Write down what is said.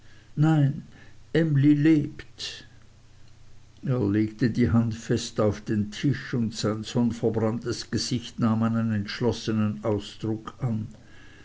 nein emly lebt er legte die hand fest auf den tisch und sein sonnverbranntes gesicht nahm einen entschlossenen ausdruck an